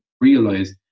realize